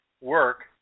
work